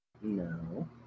No